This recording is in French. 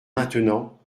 maintenant